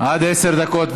עד עשר דקות,